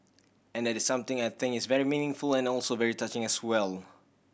and that is something I think is very meaningful and also very touching as well